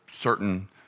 certain